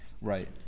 Right